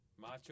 Macho